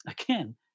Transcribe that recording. Again